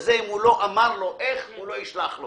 לא מבקש מהעוסק אז העוסק לא ישלח לו.